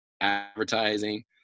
advertising